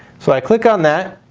so i click on that,